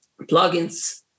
plugins